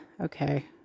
Okay